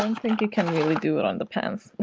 don't think you can really do it on the pants